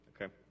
okay